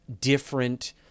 different